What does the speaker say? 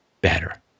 better